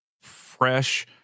fresh